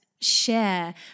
Share